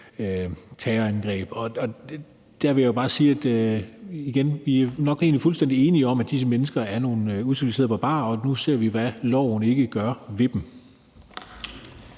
terrorangreb. Der vil jeg igen bare sige, at vi nok egentlig er fuldstændig enige om, at disse mennesker er nogle uciviliserede barbarer, og nu ser vi, hvad loven gør ved dem.